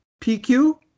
PQ